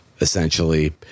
essentially